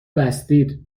بستید